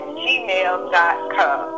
gmail.com